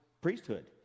priesthood